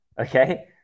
Okay